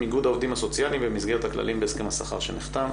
איגוד העובדים הסוציאליים במסגרת הכללים בהסכם השכר שנחתם.